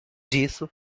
disso